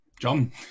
John